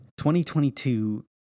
2022